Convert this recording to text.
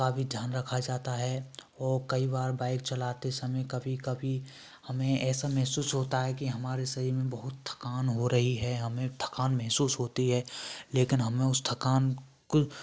का भी ध्यान रखा जाता है और कई बार बाइक चलाते समय कभी कभी हमें ऐसा महसूस होता है कि हमारे शरीर में बहुत थकान हो रही है हमें थकान महसूस होती है लेकिन हमें उस थकान कु